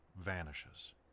vanishes